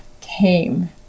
came